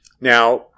Now